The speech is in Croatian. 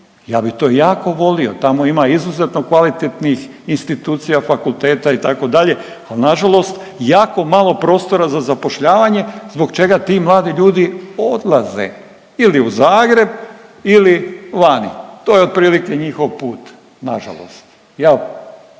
Ja bi to jako volio. Tamo ima izuzetno kvalitetnih institucija, fakulteta itd., ali nažalost jako malo prostora za zapošljavanje zbog čega ti mladi ljudi odlaze ili u Zagreb ili vani. To je otprilike njihov put nažalost jel,